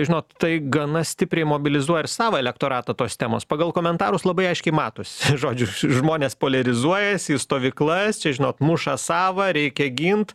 žinot tai gana stipriai mobilizuoja ir savo elektoratą tos temos pagal komentarus labai aiškiai matosi žodžiu žmonės poliarizuojasi į stovyklas čia žinot muša savą reikia gint